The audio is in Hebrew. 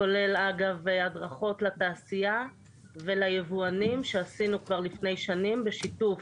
כולל אגב הדרכות לתעשייה וליבואנים שעשינו כבר לפני שנים בשיתוף